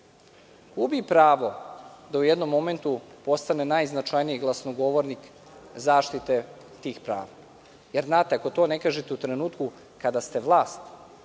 gubi pravo da u jednom momentu postane najznačajniji glasnogovornik zaštite tih prava. Ako to ne kažete u trenutku kada ste vlast,